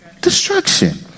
Destruction